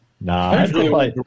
Nah